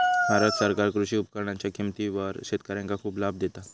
भारत सरकार कृषी उपकरणांच्या किमतीवर शेतकऱ्यांका खूप लाभ देता